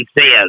says